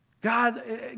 God